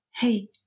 hey